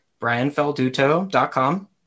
brianfelduto.com